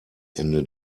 ende